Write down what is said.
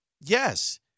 Yes